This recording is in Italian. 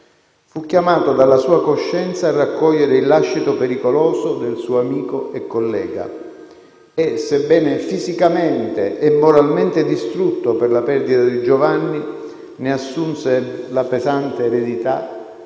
Fu chiamato dalla sua coscienza a raccogliere il lascito pericoloso del suo amico e collega e, sebbene fisicamente e moralmente distrutto per la perdita di Giovanni, ne assunse la pesante eredità